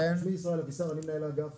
אני מנהל אגף